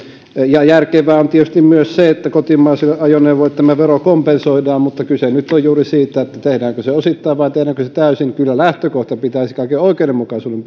ja järkevää on tietysti myös se että kotimaisille ajoneuvoille tämä vero kompensoidaan mutta kyse nyt on juuri siitä tehdäänkö se osittain vai tehdäänkö se täysin kyllä lähtökohdan pitäisi kaiken oikeudenmukaisuuden